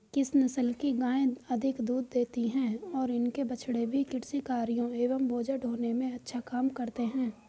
किस नस्ल की गायें अधिक दूध देती हैं और इनके बछड़े भी कृषि कार्यों एवं बोझा ढोने में अच्छा काम करते हैं?